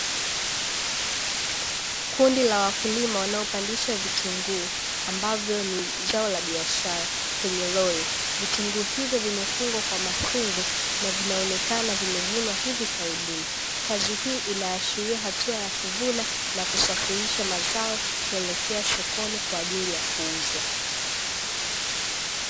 kundi la wakulima wanaopandisha vitunguu ambavyo ni zao la biashara kwenye lori, vitunguu hivyo vimefungwa kwa mafungu na vinaonekana vimevunwa hivi karibuni. Kazi hii inaashiria hatua ya kuvunwa na kusafirisha mazao kuelekea sokoni kwa ajili ya kuuzwa.